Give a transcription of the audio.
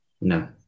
No